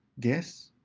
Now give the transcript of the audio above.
guess,